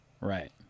Right